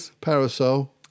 parasol